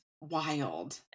wild